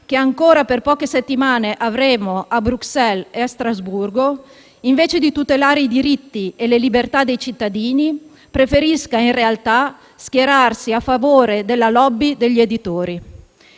che ancora per poche settimane avremo a Bruxelles e a Strasburgo - invece di tutelare i diritti e le libertà dei cittadini preferisca in realtà schierarsi a favore della *lobby* degli editori.